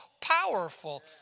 powerful